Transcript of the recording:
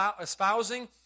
espousing